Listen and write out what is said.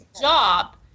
job